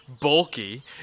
bulky